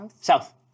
south